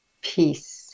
peace